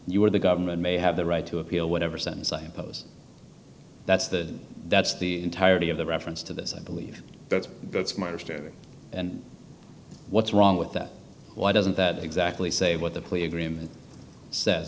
you are the government may have the right to appeal whatever sentence same post that's the that's the entirety of the reference to this i believe that's that's my understanding and what's wrong with that why doesn't that exactly say what the plea agreement says